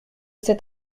c’est